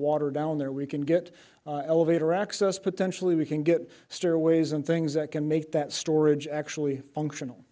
water down there we can get elevator access potentially we can get stairways and things that can make that storage actually functional